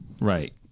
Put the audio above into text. Right